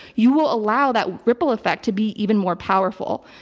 you will allow that ripple effect to be even more powerful.